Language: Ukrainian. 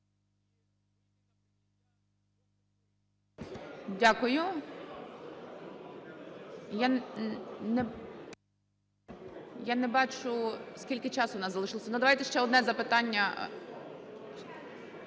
Дякую. Я не бачу, скільки часу в нас залишилося. Ну, давайте ще одне запитання…